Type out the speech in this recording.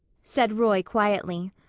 said roy quietly.